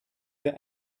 that